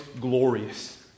glorious